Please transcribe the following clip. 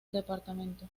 departamento